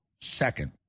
second